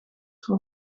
voor